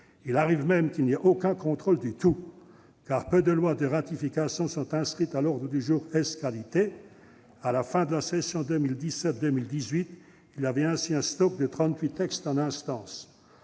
Il arrive même qu'il n'y ait aucun contrôle du tout, car peu de lois de ratification sont inscrites à l'ordre du jour ès qualités. À l'issue de la session 2017-2018, il y avait ainsi un « stock » de 38 textes en instance.